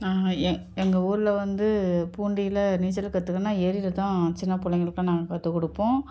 நாங்கள் எ எங்கள் ஊரில் வந்து பூண்டியில் நீச்சல் கற்றுக்கணுன்னா ஏரியில்தான் சின்னப் பிள்ளைங்களுக்குலாம் நாங்கள் கற்றுக் கொடுப்போம்